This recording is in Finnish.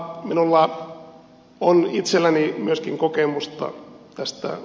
minulla on itselläni myöskin kokemusta tästä